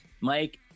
mike